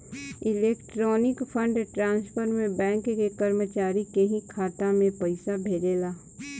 electronic fund transfer में bank के कर्मचारी के ही खाता में पइसा भेजाला